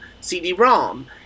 CD-ROM